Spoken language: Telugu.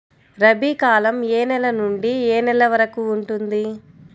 రబీ కాలం ఏ నెల నుండి ఏ నెల వరకు ఉంటుంది?